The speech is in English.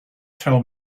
tell